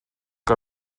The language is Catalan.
que